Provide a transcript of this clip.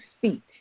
feet